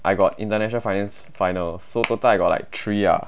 I got international finance finals so total I got like three ah